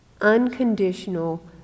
unconditional